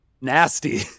nasty